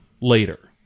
later